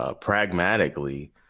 Pragmatically